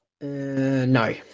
No